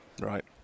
Right